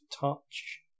touch